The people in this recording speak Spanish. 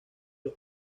los